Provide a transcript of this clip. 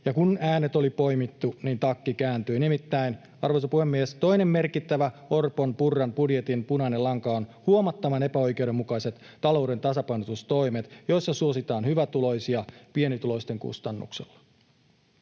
kun äänet oli poimittu, niin takki kääntyi. Nimittäin, arvoisa puhemies, toinen merkittävä Orpon—Purran budjetin punainen lanka on huomattavan epäoikeudenmukaiset talouden tasapainotustoimet, joissa suositaan hyvätuloisia pienituloisten kustannuksella.